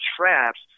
traps